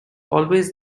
always